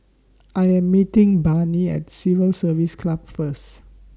I Am meeting Barney At Civil Service Club First